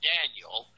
Daniel